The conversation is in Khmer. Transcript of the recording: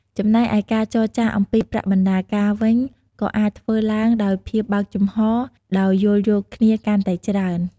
ចំណែកឯការចរចាអំពីប្រាក់បណ្តាការវិញ ក៏អាចធ្វើឡើងដោយភាពបើកចំហរ ដោយយោគយល់គ្នាកាន់តែច្រើន។